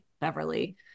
Beverly